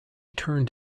turned